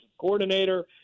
coordinator